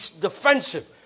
defensive